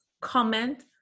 comment